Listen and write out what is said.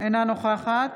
אינה נוכחת